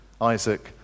Isaac